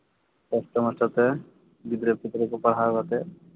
ᱠᱚᱥᱴᱚ ᱢᱟᱪᱷᱟ ᱛᱮ ᱜᱤᱫᱽᱨᱟᱹ ᱯᱤᱫᱽᱨᱟᱹ ᱠᱚ ᱯᱟᱲᱦᱟᱣ ᱠᱟᱛᱮᱫ